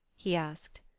he asked.